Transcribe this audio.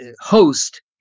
host